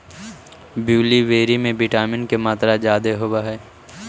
blueberry में vitamin के मात्रा जादे होब हई